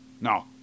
No